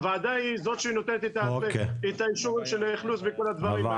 הוועדה היא זאת שנותנת את אישור האכלוס ואת כל הדברים האלה.